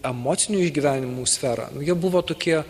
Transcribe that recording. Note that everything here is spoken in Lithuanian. emocinių išgyvenimų sferą jie buvo tokie